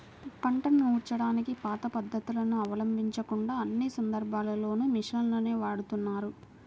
పంటను నూర్చడానికి పాత పద్ధతులను అవలంబించకుండా అన్ని సందర్భాల్లోనూ మిషన్లనే వాడుతున్నారు